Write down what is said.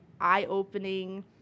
eye-opening